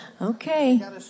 Okay